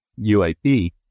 UAP